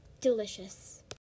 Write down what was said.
Delicious